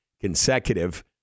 consecutive